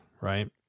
right